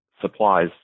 supplies